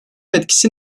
etkisi